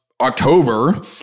October